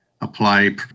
apply